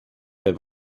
der